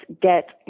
get